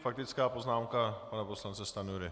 Faktická poznámka pana poslance Stanjury.